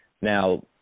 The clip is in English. Now